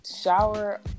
shower